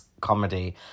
Comedy